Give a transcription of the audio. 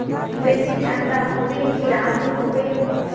बेसी ठंडा होबे की आलू होबे